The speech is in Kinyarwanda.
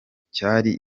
cyari